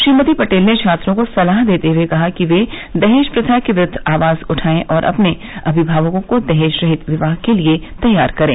श्रीमती पटेल ने छात्रों को सलाह देते हए कहा कि वे दहेज प्रथा के विरूद्व आवाज उठायें और अपने अभिभावकों को दहेज रहित विवाह के लिए तैयार करें